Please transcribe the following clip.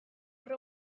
gaur